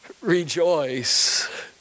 rejoice